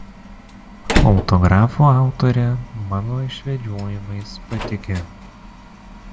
autografų autorė mano išvedžiojimais patiki